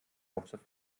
hauptstadt